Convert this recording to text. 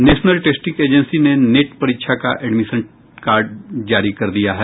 national testing agency ने NET परीक्षा का एडमिट कार्ड जारी कर दिया है